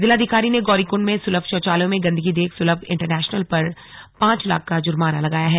जिलाधिकारी ने गौरीकुंड में सुलभ शौचालयों में गंदगी देख सुलभ इंटरनेशनल पर पांच लाख का जुर्माना लगाया है